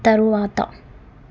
తరువాత